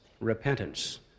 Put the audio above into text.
repentance